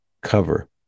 cover